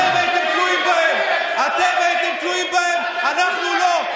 אתם הייתם תלויים בהם, אנחנו לא.